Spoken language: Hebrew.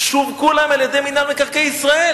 שווקו להם על-ידי מינהל מקרקעי ישראל.